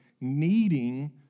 needing